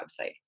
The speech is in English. website